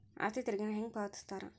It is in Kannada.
ಆಸ್ತಿ ತೆರಿಗೆನ ಹೆಂಗ ಪಾವತಿಸ್ತಾರಾ